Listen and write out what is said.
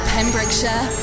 Pembrokeshire